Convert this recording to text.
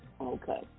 Okay